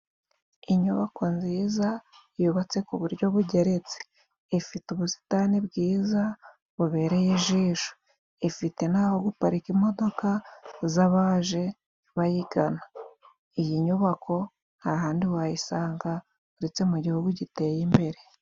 Inyubako nziza yubatse ku buryo bugeretse. Ifite ubusitani bwiza bubereye ijisho， ifite n’aho guparika imodoka z'abaje bayigana， iyi nyubako nta handi wayisanga uretse mu gihugu giteye imbere.